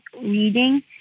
reading